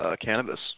cannabis